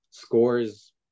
scores